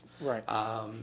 Right